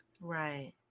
Right